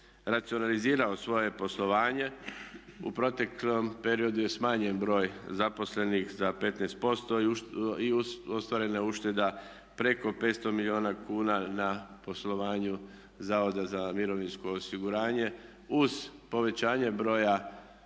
racionalizirao svoje poslovanje. U protekom periodu je smanjen broj zaposlenih za 15% i ostvarena je ušteda preko 500 milijuna kuna na poslovanju Zavoda za mirovinsko osiguranje uz povećanje broja